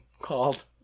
called